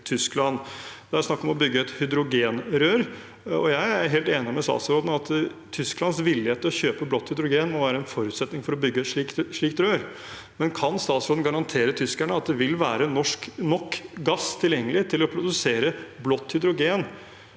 Det er snakk om å bygge et hydrogenrør. Jeg er helt enig med statsråden i at Tysklands villighet til å kjøpe blått hydrogen må være en forutsetning for å bygge et slikt rør, men kan statsråden garantere tyskerne at det vil være nok gass tilgjengelig til å produsere blått hydrogen